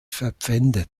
verpfändet